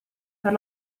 per